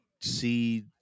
see